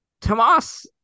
Tomas